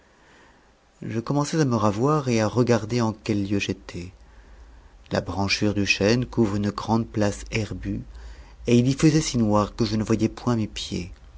je commençais à me ravoir et à regarder en quel lieu j'étais la branchure du chêne couvre une grande place herbue et il y faisait si noir que je ne voyais point mes pieds